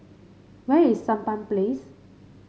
where is Sampan Place